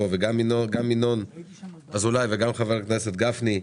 כולל חברי הכנסת ינון אזולאי ומשה גפני,